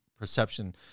perception